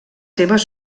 seves